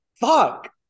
Fuck